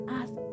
ask